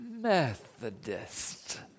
Methodist